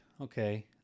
Okay